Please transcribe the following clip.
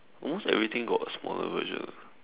almost everything got a smaller version [what]